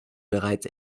bereits